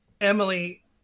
Emily